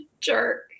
jerk